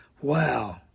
Wow